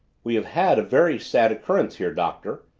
we have had a very sad occurrence here, doctor,